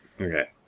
Okay